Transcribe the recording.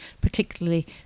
particularly